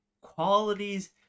Qualities